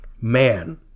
man